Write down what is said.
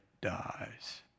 dies